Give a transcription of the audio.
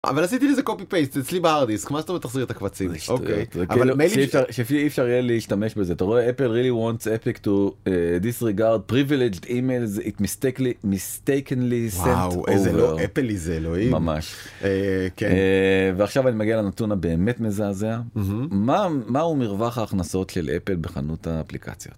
אבל עשיתי לזה קופי פייסט אצלי בהרדיסק מה זאת אומרת תחזיר את הקבצים, אוקיי אבל אי אפשר אין לי להשתמש בזה אתה רואה איפה רילי וונטס אפקטו דיסריגארד פריבילג'ט אימייל זה איתמי סטייקלי סטייקלי איזה לא אפלי... לא ממש. ועכשיו אני מגיע לנתון הבאמת מזעזע, מה הוא מרווח ההכנסות של אפל בחנות האפליקציות.